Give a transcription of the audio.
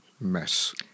mess